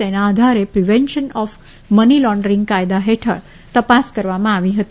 તેના આધારે prevention of money laundering કાયદા હેઠળ તપાસ કરવામાં આવી હતી